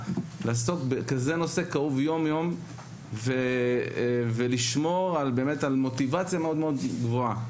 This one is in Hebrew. העיסוק בנושא הכאוב הזה יום יום ושמירה על מוטיבציה מאוד מאוד גבוהה,